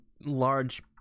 large